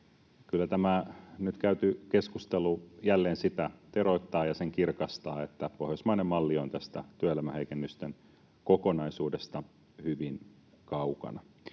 Kyllä tämä nyt käyty keskustelu jälleen sitä teroittaa ja sen kirkastaa, että pohjoismainen malli on tästä työelämäheikennysten kokonaisuudesta hyvin kaukana.